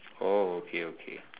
oh okay okay